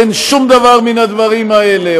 אין שום דבר מן הדברים האלה.